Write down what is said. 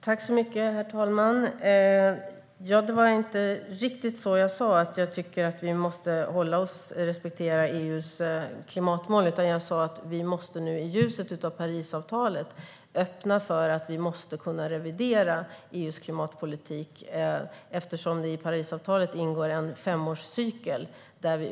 Herr talman! Det var inte riktigt så jag sa, att vi måste respektera EU:s klimatmål. Jag sa att vi i ljuset av Parisavtalet måste vi nu öppna för att revidera EU:s klimatpolitik, eftersom det i Parisavtalet ingår en femårscykel.